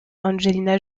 angelina